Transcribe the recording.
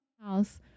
house